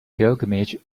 pilgrimage